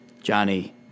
Johnny